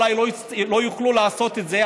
אולי לא יוכלו לעשות את זה,